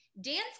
dance